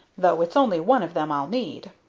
though it's only one of them i'll need.